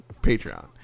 patreon